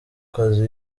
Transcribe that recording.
kazi